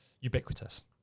ubiquitous